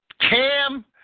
Cam